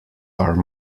are